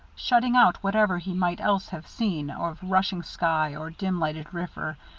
shutting out whatever he might else have seen of rushing sky or dim-lighted river,